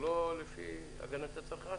שלא לפי הגנת הצרכן?